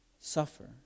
suffer